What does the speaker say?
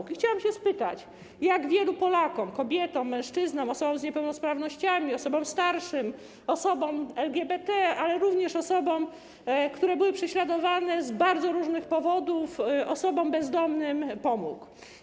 I chciałam zapytać, jak wielu Polakom, kobietom, mężczyznom, osobom z niepełnosprawnościami, osobom starszym, osobom LGBT, ale również osobom, które były prześladowane z bardzo różnych powodów, osobom bezdomnym, pan rzecznik pomógł.